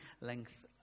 length